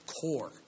core